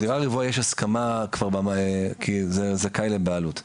בדירה רוויה יש הסכמה כי זה זכאי לבעלות.